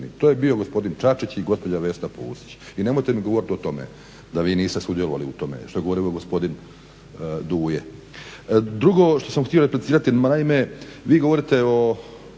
To je bio gospodin Čačić i gospođa Vesna Pusić i nemojte mi govorit o tome da vi niste sudjelovali u tome što je rekao gospodin Duje. Drugo što sam htio replicirati, naime vi govorite o